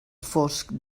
fosc